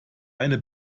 eine